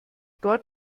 dort